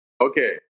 Okay